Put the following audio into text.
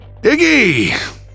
Iggy